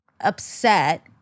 upset